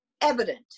evident